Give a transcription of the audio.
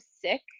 sick